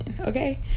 Okay